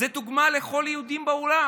זאת דוגמה לכל היהודים בעולם.